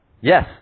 Yes